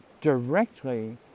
directly